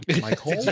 Michael